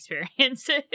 experiences